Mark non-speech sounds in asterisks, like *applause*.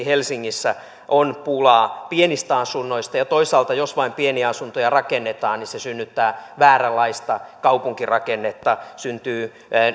*unintelligible* helsingissä on pulaa pienistä asunnoista ja toisaalta jos vain pieniä asuntoja rakennetaan niin se synnyttää vääränlaista kaupunkirakennetta syntyy